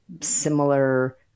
similar